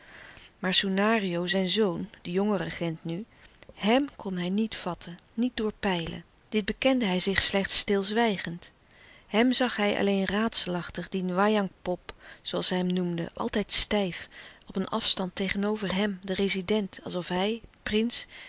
maar soenario zijn zoon de jonge regent nu hèm kon hij niet vatten niet doorpeilen dit bekende hij zich slechts stilzwijgend hem zag hij alleen raadselachtig dien wajangpop zooals hij hem noemde altijd stijf op een afstand tegenover hém den rezident alsof hij prins